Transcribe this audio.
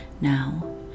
Now